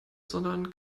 sondern